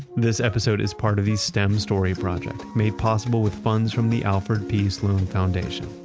this episode is part of the stem story project made possible with funds from the alfred p. sloan foundation.